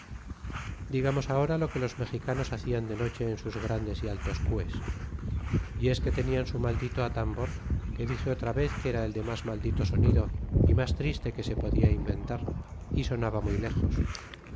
digamos ahora lo que los mexicanos hacian de noche en sus grandes y altos cues y es que tenían su maldito atambor que dixe otra vez que era el de mas maldito sonido y mas triste que se podia inventar y sonaba muy lejos